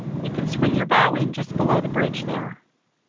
you can swing your bow in just below the bridge there.